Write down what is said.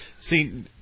See